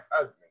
ugly